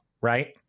right